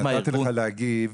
אני נתתי לך להגיב,